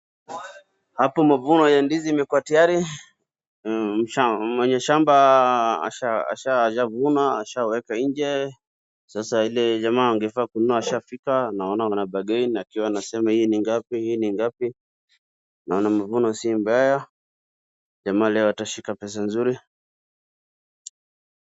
Hapo mavuno ya ndizi imekuwa tayari, mwenye shamba ashavuna, ashaweka nje, sasa yule jamaa angefaa kununua ahsfika, naona wanabargain akiwa anasema hii ni ngapi hii ni ngapi, naona mavuno si mbaya, jamaa leo atashika pesa nzuri.